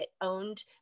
owned